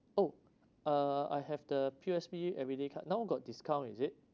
oh uh I have the P_O_S_B everyday card now got discount is it